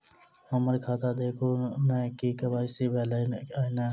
हम्मर खाता देखू नै के.वाई.सी भेल अई नै?